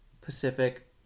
Pacific